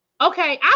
okay